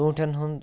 ژوٗنٛٹھٮ۪ن ہُنٛد